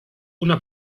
una